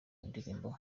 ndirimbo